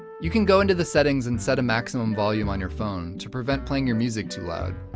you can go into the settings and set a maximum volume on your phone to prevent playing your music too loud.